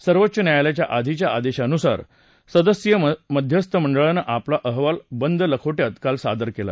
सर्वोच्च न्यायालयाच्या आधीच्या आदेशानुसार सदस्यीय मध्यस्थ मंडळानं आपला अहवाल बंद लखोटयात काल सादर केला